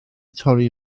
torri